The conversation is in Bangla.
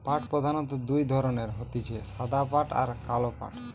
পাট প্রধানত দুই ধরণের হতিছে সাদা পাট আর কালো পাট